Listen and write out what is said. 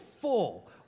full